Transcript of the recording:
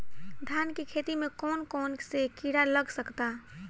धान के खेती में कौन कौन से किड़ा लग सकता?